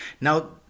Now